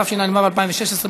התשע"ו 2016,